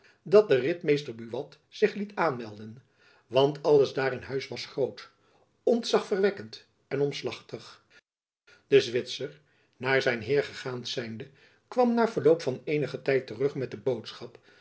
dat de ritmeester buat zich liet aanmelden want alles daar in huis was groot ontzachverwekkend en omslachtig de zwitser naar zijn heer gegaan zijnde kwam na verloop van eenigen tijd terug met de boodschap